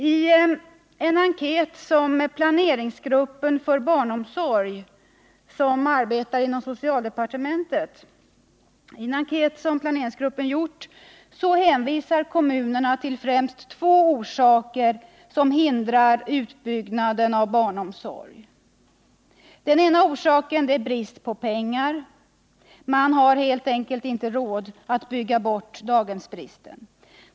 I en enkät som planeringsgruppen för barnomsorg, som arbetar inom socialdepartementet, har gjort hänvisar kommunerna till främst två orsaker som hindrar utbyggnaden av barnomsorg. Den ena orsaken är brist på pengar — man har helt enkelt inte råd att bygga bort daghemsbristen.